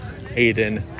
Aiden